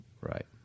Right